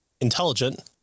intelligent